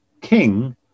king